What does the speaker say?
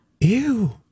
Ew